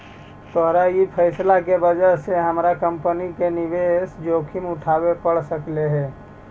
तोर ई फैसला के वजह से हमर कंपनी के निवेश जोखिम उठाबे पड़ सकलई हे